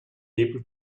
able